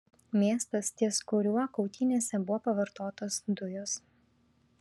miestas ties kuriuo kautynėse buvo pavartotos dujos